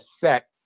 set